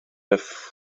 have